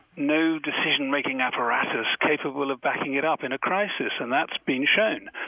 no decision-making apparatus capable of backing it up in a crisis. and that's been shown.